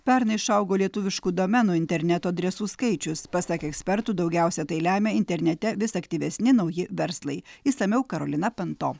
pernai išaugo lietuviškų domenų interneto adresų skaičius pasak ekspertų daugiausia tai lemia internete vis aktyvesni nauji verslai išsamiau karolina panto